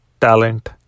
talent